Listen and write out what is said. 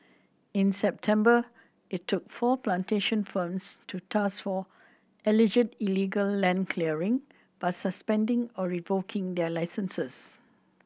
in September it took four plantation firms to task for alleged illegal land clearing by suspending or revoking their licences